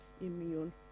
immune